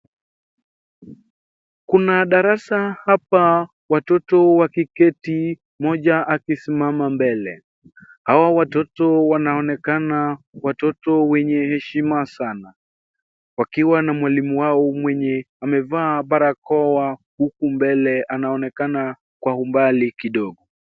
Kuna darasa hapa watoto wakiketi mmoja akisimama mbele. Hawa watoto wanaonekana watoto wenye heshima sana wakiwa na mwalimu wao mwenye amevaa barakoa huku mbele anaonekana kwa umbali kidogo.